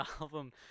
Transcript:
album